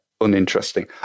uninteresting